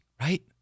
right